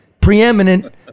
preeminent